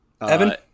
Evan